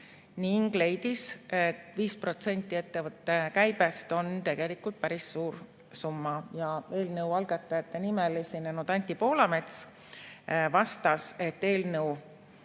ning leidis, et 5% ettevõtte käibest on tegelikult päris suur summa. Eelnõu algatajate nimel esinenud Anti Poolamets vastas, et eelnõu